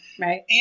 Right